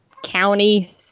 county